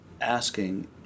asking